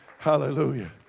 Hallelujah